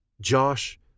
Josh